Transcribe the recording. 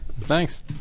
Thanks